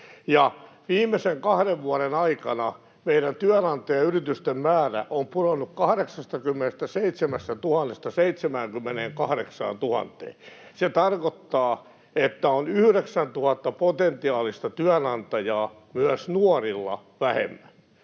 viimeisen kahden vuoden aikana meidän työnantajayritysten määrä on pudonnut 87 000:sta 78 000:een. Se tarkoittaa, että myös nuorilla on 9 000 potentiaalista työnantajaa vähemmän.